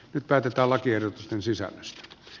nyt päätetään lakiehdotusten sisällöstä